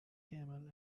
camel